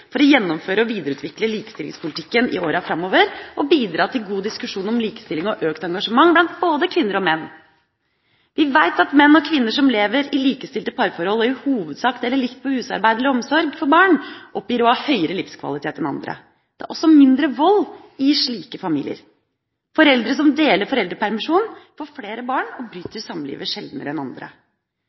for å gjennomføre og videreutvikle likestillingspolitikken i årene framover og å bidra til en god diskusjon om likestilling og økt engasjement blant både kvinner og menn. Vi vet at menn og kvinner som lever i likestilte parforhold og i hovedsak deler likt på husarbeid eller omsorg for barn, oppgir å ha høyere livskvalitet enn andre. Det er også mindre vold i slike familier. Foreldre som deler foreldrepermisjonen, får flere barn og bryter samlivet sjeldnere enn andre.